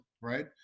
right